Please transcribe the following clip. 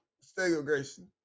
segregation